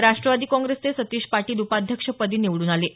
राष्ट्रवादी काँग्रेसचे सतीश पाटील उपाध्यक्षपदी निवडून आले आहेत